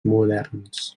moderns